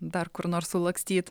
dar kur nors sulakstyt